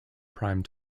prime